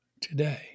today